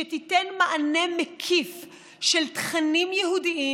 שתיתן מענה מקיף של תכנים יהודיים,